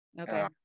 Okay